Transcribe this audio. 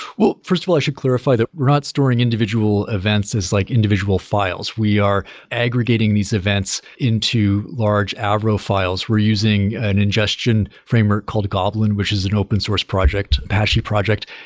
well, first of all, i should clarify that we're not storing individual events as like individual files. we are aggregating these events into large avro files. we're using an ingestion framework called goblin, which is an open source project, apache project.